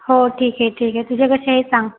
हो ठीक आहे ठीक आहे तुझे कसे आहेत सांग